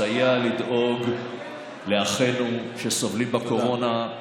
מסייע לדאוג לאחינו שסובלים מקורונה.